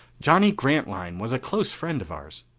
johnny grantline was a close friend of ours.